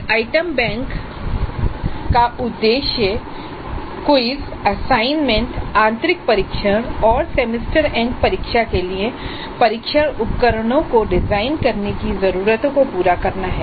एक item bank का उद्देश्य क्विज़ असाइनमेंट आंतरिक परीक्षण और सेमेस्टर एंड परीक्षा के लिए परीक्षण उपकरणों को डिजाइन करने की जरूरतों को पूरा करना है